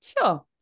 Sure